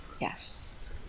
Yes